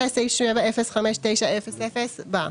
אחרי סעיף 705900 בא: